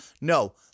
No